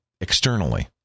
externally